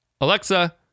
Alexa